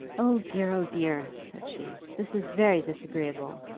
oh dear, oh dear, said she this is very disagreeable.